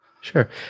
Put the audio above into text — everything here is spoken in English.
sure